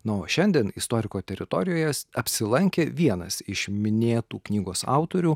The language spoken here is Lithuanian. na o šiandien istoriko teritorijoje apsilankė vienas iš minėtų knygos autorių